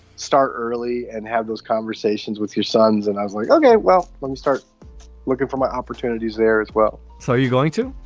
start early and have those conversations with your sons and i was like, ok, well, let me start looking for my opportunities there as well. so you're going to.